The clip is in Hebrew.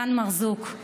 דן מרזוק,